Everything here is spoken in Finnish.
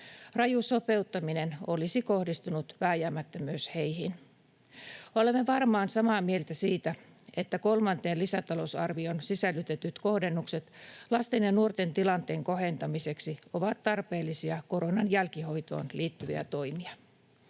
Raju sopeuttaminen olisi kohdistunut vääjäämättä myös heihin. Olemme varmaan samaa mieltä siitä, että kolmanteen lisätalousarvioon sisällytetyt kohdennukset lasten ja nuorten tilanteen kohentamiseksi ovat tarpeellisia koronan jälkihoitoon liittyviä toimia.